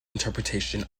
interpretation